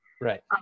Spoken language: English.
right